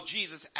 Jesus